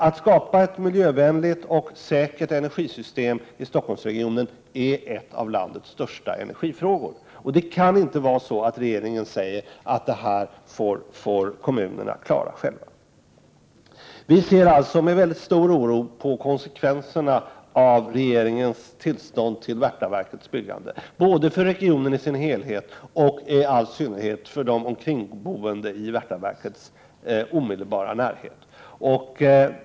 Att skapa ett miljövänligt och säkert energisystem i Stockholmsregionen är en av landets största energifrågor, och regeringen kan inte bara säga att detta är någonting som kommunerna får klara av själva. Vi ser alltså med stor oro på konsekvenserna av regeringens tillstånd till Värtanverkets byggande, både för regionen i dess helhet och i all synnerhet för de omkringboende i Värtanverkets omedelbara närhet.